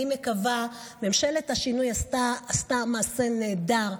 ממשלת השינוי עשתה מעשה נהדר.